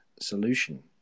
solution